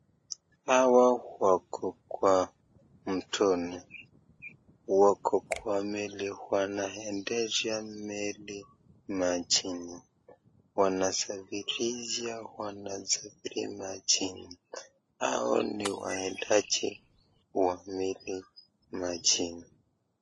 Hawa wako kwa mtoni, wako kwa meli wanaendesha mili na chini. Wanasafirisha wasafiri majini, hao ni waendaji wa meli majini.